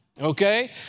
Okay